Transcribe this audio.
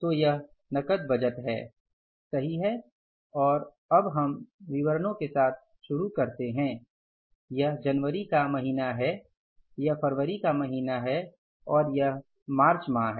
तो यह नकद बजट है सही है और अब हम विवरणों के साथ शुरू करते हैं यह जनवरी का महीना है यह फरवरी का महीना है और यह मार्च माह है